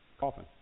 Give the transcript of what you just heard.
coffin